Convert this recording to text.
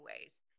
ways